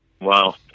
Wow